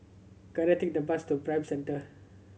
can I take the bus to Prime Centre